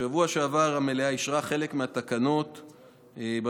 בשבוע שעבר המליאה אישרה חלק מהתקנות בנושא,